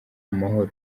amahoro